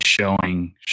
Showing